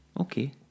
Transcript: Okay